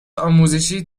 آموزشی